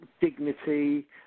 dignity